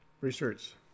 Research